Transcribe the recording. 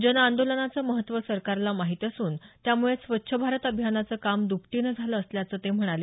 जनआंदोलनाचं महत्व सरकारला माहित असून त्यामुळेच स्वच्छ भारत अभियानाचं काम दुपटीनं झालं असल्याचं ते म्हणाले